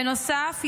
בנוסף,